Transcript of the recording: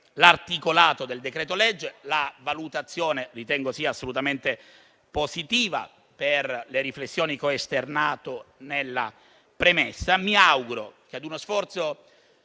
l'articolato del decreto-legge, la valutazione ritengo sia assolutamente positiva per le riflessioni che ho esternato nella premessa. Mi auguro che ad uno sforzo